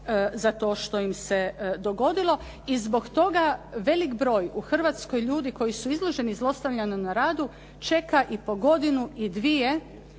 za to što im se dogodilo i zbog toga veliki broj u Hrvatskoj ljudi koji su izloženi zlostavljanju na radu čeka i po godinu i dvije